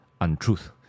untruth